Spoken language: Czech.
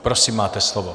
Prosím, máte slovo.